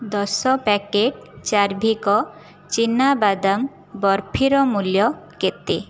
ଦଶ ପ୍ୟାକେଟ୍ ଚାର୍ଭିକ ଚିନାବାଦାମ ବର୍ଫିର ମୂଲ୍ୟ କେତେ